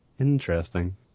interesting